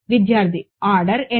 విద్యార్థి ఆర్డర్ ఎన్